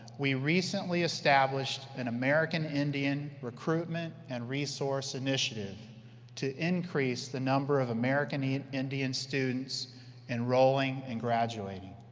we recently established an american indian recruitment and resource initiative to increase the number of american and indian students enrolling and graduating.